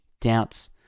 doubts